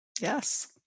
Yes